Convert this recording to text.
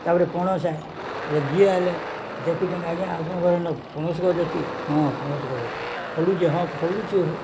ତାପରେ ପଣସ ବୋଲେ ଯିଏ ହେଲେ ଦେଖୁଛନ୍ତି ଆଜ୍ଞା ଆପଣଙ୍କର ନ ପଣସ ଗଛ ଅଛି ହଁ ପଣସ ଯ ଅଛି ଫଳୁଛି ହଁ ଫଳୁଛି ହଉ